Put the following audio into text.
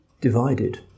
divided